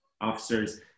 officers